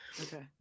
Okay